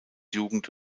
jugend